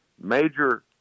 Major